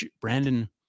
Brandon